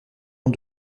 ans